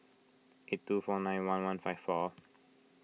eight two four nine one one five four